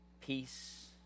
peace